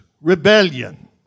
rebellion